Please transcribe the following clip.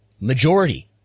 majority